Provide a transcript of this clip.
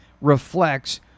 reflects